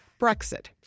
Brexit